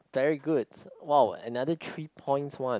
very good !wow! another three points one